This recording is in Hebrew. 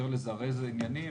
לזרז עניינים